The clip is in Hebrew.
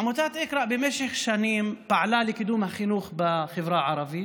עמותת אקראא במשך שנים פעלה לקידום החינוך החברה הערבית